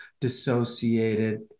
dissociated